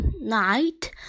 night